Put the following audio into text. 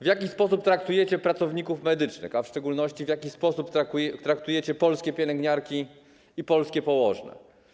W jaki sposób traktujecie pracowników medycznych, a w szczególności w jaki sposób traktujecie polskie pielęgniarki i polskie położne?